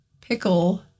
pickle